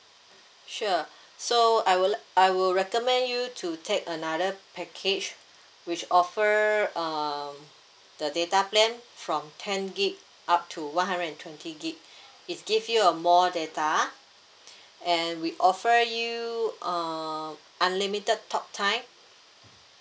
sure so I will let I will recommend you to take another package which offer um the data plan from ten gig up to one hundred and twenty gig it give you a more data and we offer you um unlimited talk time